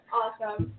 awesome